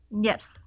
Yes